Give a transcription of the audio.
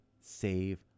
save